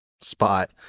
spot